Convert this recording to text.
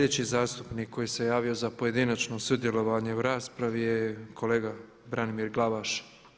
Sljedeći zastupnik koji se javio za pojedinačno sudjelovanje u raspravi je kolega Branimir Glavaš.